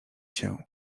się